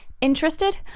Interested